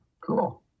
Cool